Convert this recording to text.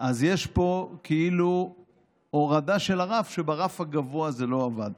אז יש פה כאילו הורדה של הרף כשברף הגבוה זה לא עבד.